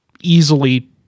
easily